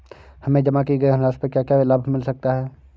हमें जमा की गई धनराशि पर क्या क्या लाभ मिल सकता है?